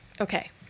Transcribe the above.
Okay